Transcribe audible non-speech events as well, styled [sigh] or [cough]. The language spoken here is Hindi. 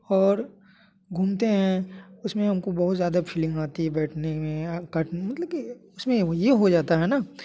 और घूमते हैं उसमें हमको बहुत ज़्यादा फीलिंग आती है बैठने में [unintelligible] मतलब कि उसमें ये हो जाता है ना